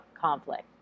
conflict